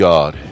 God